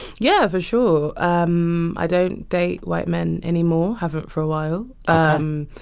yeah, for sure. um i don't date white men anymore, haven't for a while um